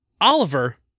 Oliver